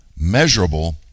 measurable